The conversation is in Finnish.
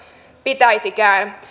pitäisikään